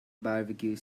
barbecue